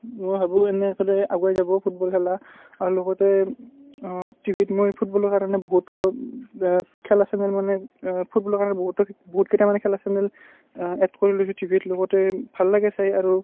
মই ভাবোঁ এনেদৰে আগুৱাই যাব ফুটবল খেলা আৰু লগতে টিভিত মই ফুটবলৰ কাৰণে বহুতো খেলা চেনেল মানে ফুটবলৰ কাৰণে বহুতৰ বহুতকেইটা মানে খেলা চেনেল এড কৰি লৈছোঁ টিভিত লগতে ভাল লাগে চাই আৰু